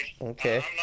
okay